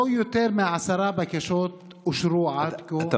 לא יותר מעשר בקשות אושרו עד כה לעסקים,